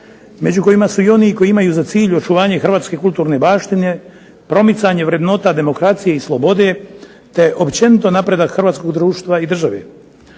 među kojima su oni koji imaju za cilj očuvanje Hrvatske kulturne baštine, promicanje vrednota demokracije i slobode te općenito napredak Hrvatskog društva i države.